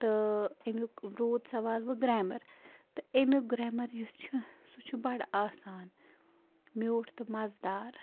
تہٕ اَمیُک روٗد سَوال وٕ گریمر تہٕ اَمیُک گریمر یُس چھُ سُہ چھُ بَڑٕ آسان میوٗٹھ تہٕ مَزٕ دار